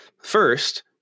First